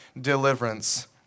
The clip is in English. deliverance